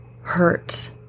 hurt